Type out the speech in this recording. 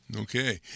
Okay